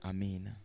Amen